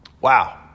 Wow